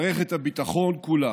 מערכת הביטחון כולה,